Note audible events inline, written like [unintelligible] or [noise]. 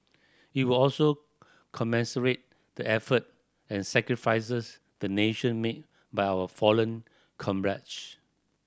it will also [unintelligible] the effort and sacrifices the nation made by our fallen [unintelligible]